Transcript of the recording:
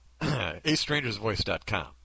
AstrangersVoice.com